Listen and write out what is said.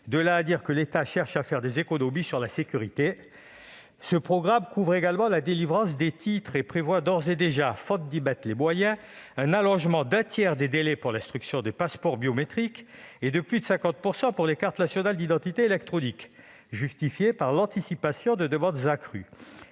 De là à dire que l'État cherche à faire des économies sur la sécurité ... Ce programme couvre également la délivrance de titres et prévoit d'ores et déjà, faute d'y mettre les moyens, un allongement d'un tiers des délais pour l'instruction des passeports biométriques et de plus de 50 % pour les cartes nationales d'identité électroniques, ces augmentations étant justifiées par l'anticipation de demandes accrues.